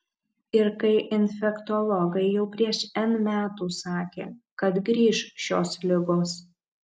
ir kai infektologai jau prieš n metų sakė kad grįš šios ligos